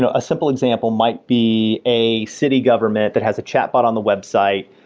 ah a simple example might be a city government that has a chatbot on the website,